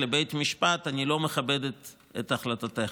לבית המשפט: אני לא מכבדת את החלטותיך?